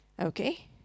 Okay